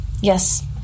Yes